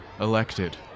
elected